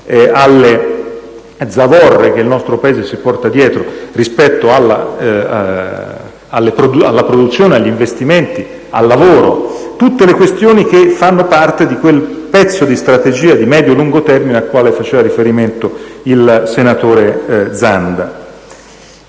alle zavorre che il nostro Paese si porta dietro rispetto alla produzione, agli investimenti, al lavoro; tutte questioni che fanno parte di quel pezzo di strategia di medio-lungo termine al quale faceva riferimento il senatore Zanda.